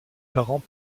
parents